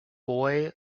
boy